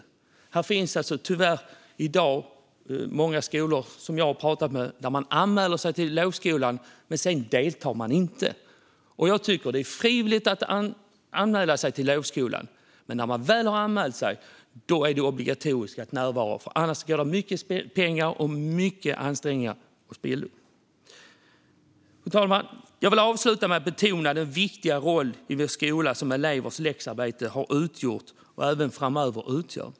I dag finns tyvärr många skolor, som jag har pratat med, där elever anmäler sig till lovskolan och sedan inte deltar. Det är frivilligt att anmäla sig till lovskolan, men jag tycker att det ska vara obligatorisk närvaro när man väl har anmält sig. Annars går mycket pengar och ansträngningar till spillo. Fru talman! Jag vill avsluta med att betona den viktiga roll som elevers läxarbete har i vår skola, även framöver.